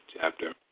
chapter